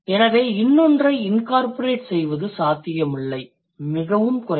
எனவே இன்னொன்றை incorporate செய்வது சாத்தியமில்லை மிகவும் குறைவு